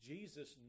Jesus